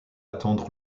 attendre